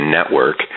Network